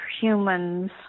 humans